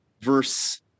verse